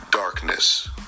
Darkness